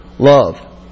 Love